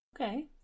Okay